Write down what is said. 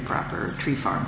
proper tree farm